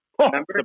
remember